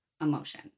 emotion